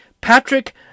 Patrick